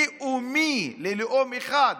לאומי, ללאום אחד,